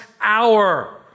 hour